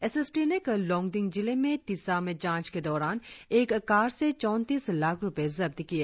S S T ने कल लोंगडिंग जिले में तिस्सा में जांच के दौरान एक कार से चौतीस लाख रुपए जब्त किए